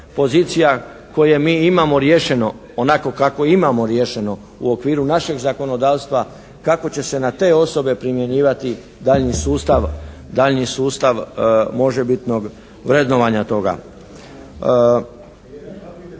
pozicija koje mi imamo riješeno, onako kako imamo riješeno, u okviru našeg zakonodavstva? Kako će se na te osobe primjenjivati daljnji sustav možebitnog vrednovanja toga?